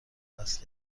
وصل